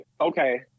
Okay